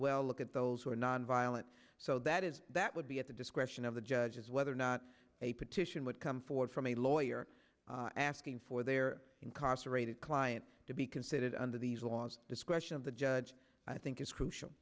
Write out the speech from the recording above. well look at those who are nonviolent so that is that would be at the discretion of the judges whether or not a petition would come forward from a lawyer asking for their incarcerated client to be considered under these laws discretion of the judge i think is crucial